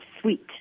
sweet